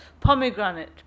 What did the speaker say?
Pomegranate